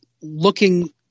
looking